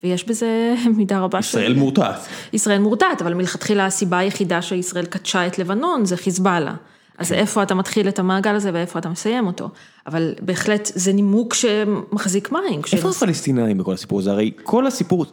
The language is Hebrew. ויש בזה מידה רבה. ישראל מורתעת. ישראל מורתעת, אבל מלכתחילה הסיבה היחידה שישראל כתשה את לבנון זה חיזבאללה. אז איפה אתה מתחיל את המעגל הזה ואיפה אתה מסיים אותו. אבל בהחלט זה נימוק שמחזיק מים. איפה הפלסטינאים בכל הסיפור הזה? הרי כל הסיפור...